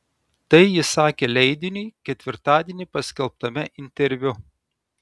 tai jis sakė leidiniui ketvirtadienį paskelbtame interviu